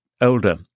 older